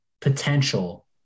potential